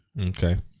Okay